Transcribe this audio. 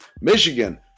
Michigan